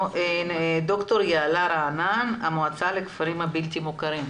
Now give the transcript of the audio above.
ד"ר יעלה רענן, המועצה לכפרים הבלתי מוכרים.